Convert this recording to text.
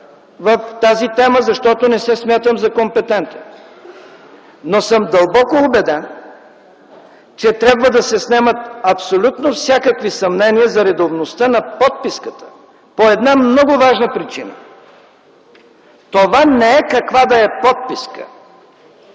в тази тема, защото не се смятам за компетентен, но съм дълбоко убеден, че трябва да се снемат абсолютно всякакви съмнения за редовността на подписката по една много важна причина. Това не е каква да е подписка,